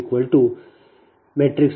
7 0